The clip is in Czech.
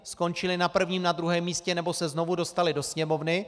Skončily na prvním, na druhém místě nebo se znovu dostaly do Sněmovny.